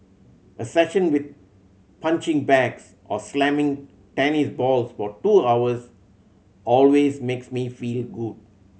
a session with punching bags or slamming tennis balls for two hours always makes me feel good